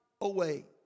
away